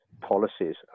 policies